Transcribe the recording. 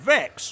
Vex